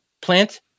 plant